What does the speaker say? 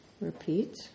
repeat